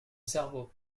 cerveau